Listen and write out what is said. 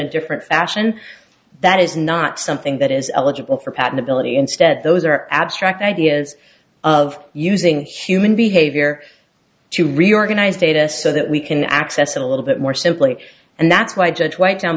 a different fashion that is not something that is eligible for patentability instead those are abstract ideas of using human behavior to reorganize data so that we can access it a little bit more simply and that's why judge white down